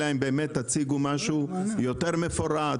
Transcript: אלא אם באמת תציגו משהו יותר מפורט,